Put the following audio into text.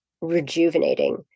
rejuvenating